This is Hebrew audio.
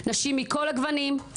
נשים מכל הגוונים,